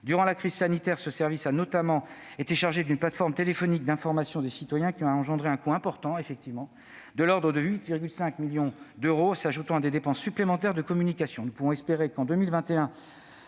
Durant la crise sanitaire, ce service a notamment été chargé d'une plateforme téléphonique d'information des citoyens qui a engendré un coût important, de l'ordre de 8,5 millions d'euros, auquel se sont ajoutées des dépenses supplémentaires de communication. Nous pouvons espérer que le